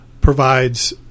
provides